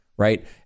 Right